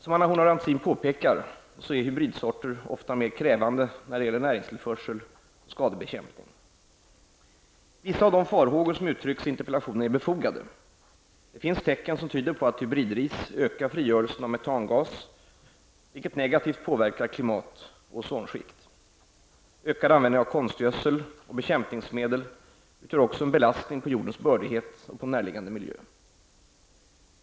Som Anna Horn af Rantzien påpekar är hybridsorter ofta mer krävande i vad gäller näringstillförsel och skadebekämpning. Vissa av de farhågor som uttrycks i interpellationen är befogade. Det finns tecken som tyder på att hybridris ökar frigörelsen av metangas, vilket negativt påverkar klimat och ozonskikt. Ökad användning av konstgödsel och bekämpningsmedel utgör också en belastning på jordens bördighet och närliggande miljö.